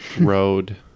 Road